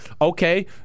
okay